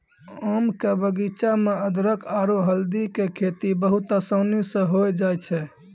आम के बगीचा मॅ अदरख आरो हल्दी के खेती बहुत आसानी स होय जाय छै